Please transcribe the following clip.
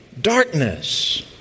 Darkness